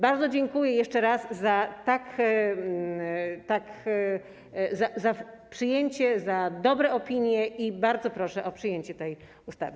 Bardzo dziękuję jeszcze raz za takie przyjęcie, za dobre opinie i bardzo proszę o przyjęcie tej ustawy.